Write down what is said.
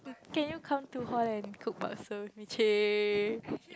can you come to hall and cook pasta with me chey